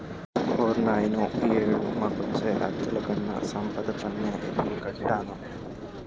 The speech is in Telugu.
ఓర్నాయనో ఈ ఏడు మాకొచ్చే అద్దెలుకన్నా సంపద పన్నే ఎక్కువ కట్టాను